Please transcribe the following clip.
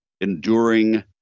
enduring